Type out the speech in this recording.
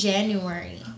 January